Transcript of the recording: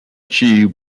she